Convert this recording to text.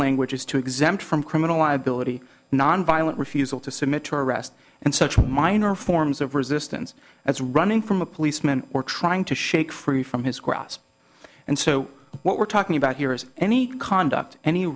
language is to exempt from criminal liability nonviolent refusal to scimitar arrest and such minor forms of resistance as running from a policeman or trying to shake free from his grasp and so what we're talking about here is any conduct any